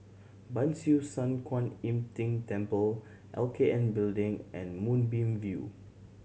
Ban Siew San Kuan Im Tng Temple L K N Building and Moonbeam View